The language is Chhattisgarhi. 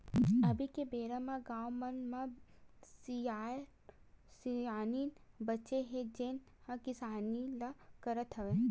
अभी के बेरा म गाँव मन म सियान सियनहिन बाचे हे जेन ह किसानी ल करत हवय